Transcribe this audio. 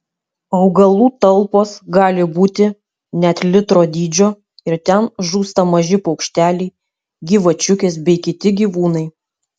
augalų talpos gali būti net litro dydžio ir ten žūsta maži paukšteliai gyvačiukės bei kiti gyvūnai